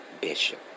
Bishop